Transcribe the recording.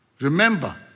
Remember